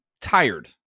tired